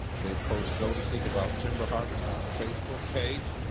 they post notices about timber harvests on their facebook page,